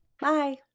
Bye